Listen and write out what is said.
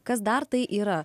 kas dar tai yra